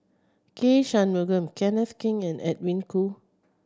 K Shanmugam Kenneth Keng and Edwin Koo